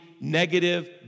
negative